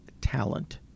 talent